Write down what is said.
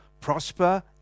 prosper